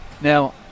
now